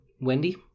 Wendy